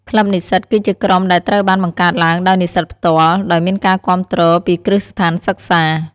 ក្លឹបនិស្សិត គឺជាក្រុមដែលត្រូវបានបង្កើតឡើងដោយនិស្សិតផ្ទាល់ ដោយមានការគាំទ្រពីគ្រឹះស្ថានសិក្សា។